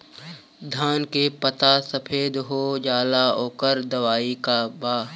धान के पत्ता सफेद हो जाला ओकर दवाई का बा?